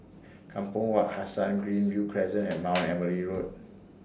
Kampong Wak Hassan Greenview Crescent and Mount Emily Road